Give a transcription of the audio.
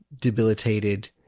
debilitated